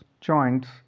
joints